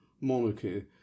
monarchy